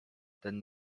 ten